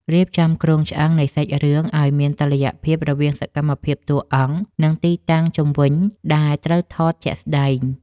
រៀបចំគ្រោងឆ្អឹងនៃសាច់រឿងឱ្យមានតុល្យភាពរវាងសកម្មភាពតួអង្គ និង ទីតាំងជុំវិញដែលត្រូវថតជាក់ស្ដែង។